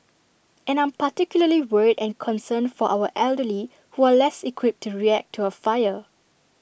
and I'm particularly worried and concerned for our elderly who are less equipped to react to A fire